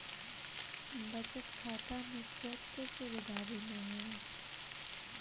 बचत खाता में चेक के सुविधा भी न हइ